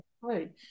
right